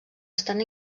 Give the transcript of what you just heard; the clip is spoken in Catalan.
estan